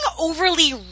overly